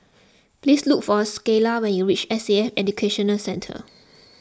please look for Skyla when you reach S A F Education Centre